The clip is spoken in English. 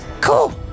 Cool